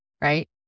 right